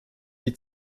die